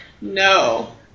no